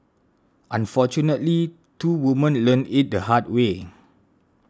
unfortunately two women learnt it the hard way